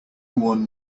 one